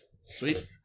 Sweet